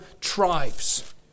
tribes